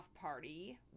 party